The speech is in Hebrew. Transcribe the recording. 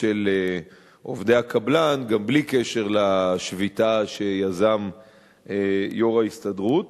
של עובדי הקבלן גם בלי קשר לשביתה שיזם יו"ר ההסתדרות.